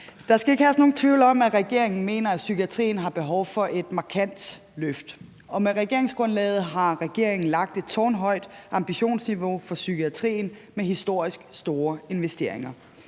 Der skal ikke herske nogen tvivl om, at regeringen mener, at psykiatrien har behov for et markant løft, og med regeringsgrundlaget har regeringen lagt et tårnhøjt ambitionsniveau for psykiatrien med historisk store investeringer.